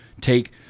take